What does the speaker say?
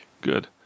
Good